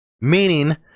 meaning